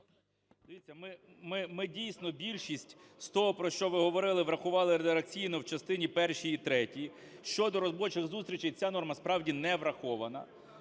ми дійсно більшість з того, про що ви говорили, врахували редакційно в частині першій і третій. Щодо робочих зустрічей ця норма справді не врахована.